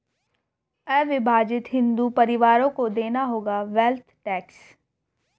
अविभाजित हिंदू परिवारों को देना होगा वेल्थ टैक्स